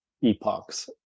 epochs